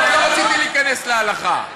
אני לא רציתי להיכנס להלכה.